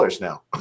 now